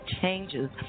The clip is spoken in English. changes